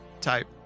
type